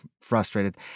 frustrated